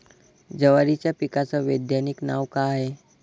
जवारीच्या पिकाचं वैधानिक नाव का हाये?